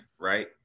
right